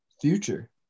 Future